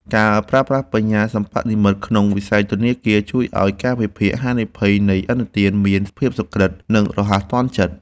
ការប្រើប្រាស់បញ្ញាសិប្បនិម្មិតក្នុងវិស័យធនាគារជួយឱ្យការវិភាគហានិភ័យនៃឥណទានមានភាពសុក្រឹតនិងរហ័សទាន់ចិត្ត។